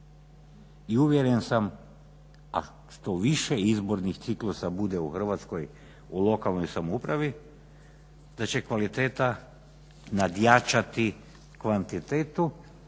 i uvjeren sam, a što više izbornih ciklusa bude u Hrvatskoj u lokalnoj samoupravi da će kvaliteta nadjačati kvantitetu,